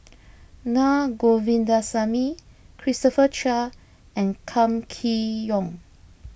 Na Govindasamy Christopher Chia and Kam Kee Yong